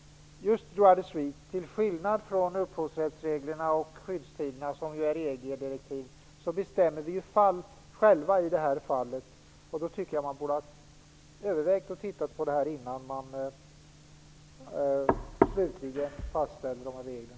Just när det gäller droit de suite, till skillnad från upphovsrättsregler och skyddstider som är EG direktiv, bestämmer vi ju själva. Och då tycker jag att man borde ha övervägt dessa förslag innan man slutligen fastställde reglerna.